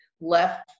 left